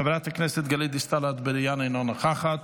חברת הכנסת גלית דיסטל אטבריאן, אינה נוכחת,